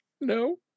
No